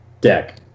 deck